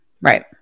Right